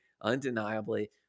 undeniably